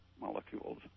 molecules